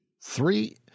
three